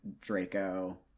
Draco